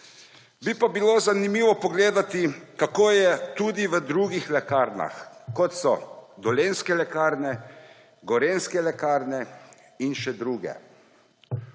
Bi pa bilo zanimivo pogledati, kako je tudi v drugih lekarnah, kot so Dolenjske lekarne, Gorenjske lekarne in še druge.